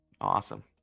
Awesome